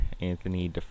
Anthony